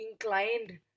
inclined